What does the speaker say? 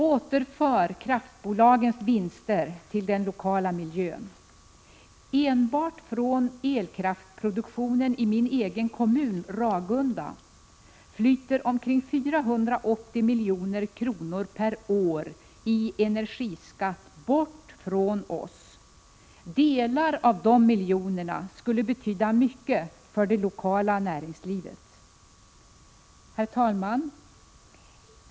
Återför kraftbolagens vinster till den lokala miljön! Enbart från elkraftsproduktionen i min kommun, Ragunda, flyter omkring 480 milj.kr. per år i energiskatt bort från oss. Delar av de miljonerna skulle betyda mycket för det lokala näringslivet. Herr talman!